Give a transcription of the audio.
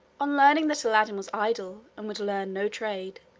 on learning that aladdin was idle and would learn no trade,